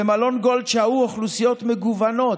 במלון גולד שהו אוכלוסיות מגוונות,